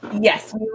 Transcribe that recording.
Yes